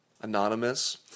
Anonymous